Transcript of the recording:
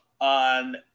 on